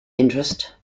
interest